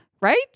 right